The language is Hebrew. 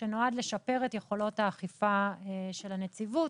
שנועד לשפר את יכולות האכיפה של הנציבות